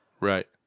Right